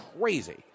crazy